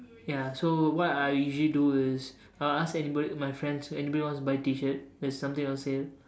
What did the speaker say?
ya so what I usually do is I'll ask anybody my friends anybody wants to buy T-shirt there's something on sale